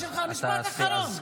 משפט אחרון.